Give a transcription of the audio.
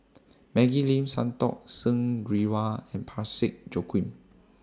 Maggie Lim Santokh Singh Grewal and Parsick Joaquim